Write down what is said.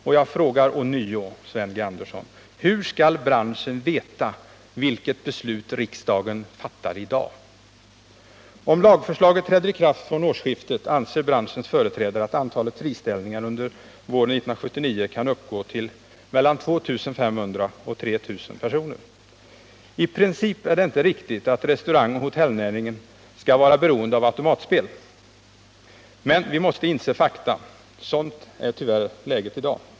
Och jag frågarånyo Sven G. Andersson: Hur skall branschen kunna veta vilket beslut Om lagen träder i kraft från årsskiftet anser branschens företrädare att Onsdagen den antalet friställningar under våren 1979 kan uppgå till mellan 2 500 och 3 000. I 29 november 1978 princip är det inte riktigt att restaurangoch hotellnäringen skall vara beroende av automatspel, men vi måste inse fakta — sådant är tyvärr läget i dag.